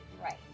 right